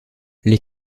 les